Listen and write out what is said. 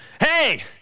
Hey